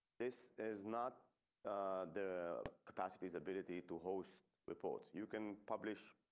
this is not the capacities ability to host report you can publish.